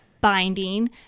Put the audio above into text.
binding